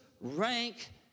rank